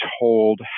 told